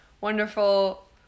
wonderful